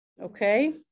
okay